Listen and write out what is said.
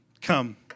Come